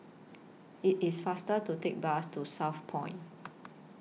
IT IS faster to Take The Bus to Southpoint